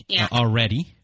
already